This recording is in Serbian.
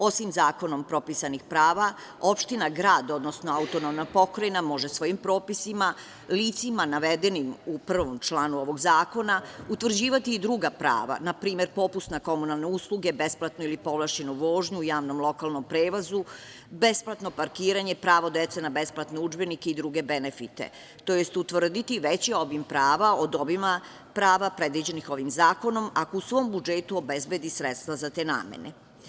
Osim zakonom propisanih prava, opština, grad, odnosno AP može svojim propisima, licima navedenim u prvom članu ovog zakona, utvrđivati i druga prava, npr. popust na komunalne usluge, besplatnu ili povlašćenu vožnju u javnom lokalnom prevozu, besplatno parkiranje, pravo dece na besplatne udžbenike i druge benefite, tj. utvrditi veći obim prava od obima prava predviđenih ovim zakonom, ako u svom budžetu obezbedi sredstva za te namene.